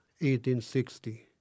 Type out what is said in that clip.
1860